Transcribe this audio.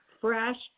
fresh